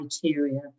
criteria